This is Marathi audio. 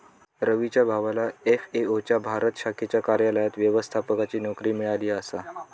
रवीच्या भावाला एफ.ए.ओ च्या भारत शाखेच्या कार्यालयात व्यवस्थापकाची नोकरी मिळाली आसा